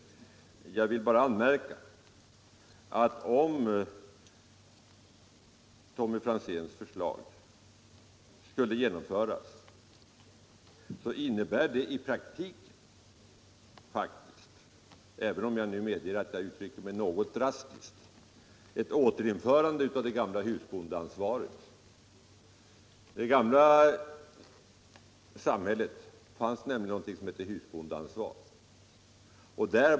Jag vill bara anmärka att om Tommy Franzéns förslag skulle genomföras skulle det i praktiken faktiskt innebära — även om jag medger att jag uttrycker mig något drastiskt — ett återinförande av det gamla husbondeansvaret. I det gamla samhället fanns någonting som hette husbondeansvar.